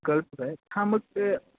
गर्ल्सचं आहेत हां मग ते